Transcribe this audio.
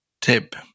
tip